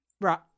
Right